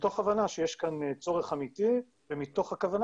מתוך הבנה שיש כאן צורך אמיתי ומתוך הכוונה